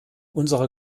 unserer